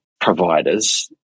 providers